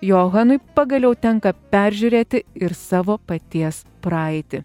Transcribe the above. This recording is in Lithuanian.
johanui pagaliau tenka peržiūrėti ir savo paties praeitį